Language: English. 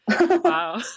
Wow